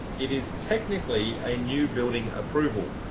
it is technically a new building approval.